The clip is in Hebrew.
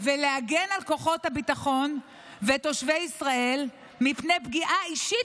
ולהגן על כוחות הביטחון ותושבי ישראל מפני פגיעה אישית